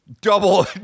Double